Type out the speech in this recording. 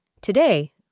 Today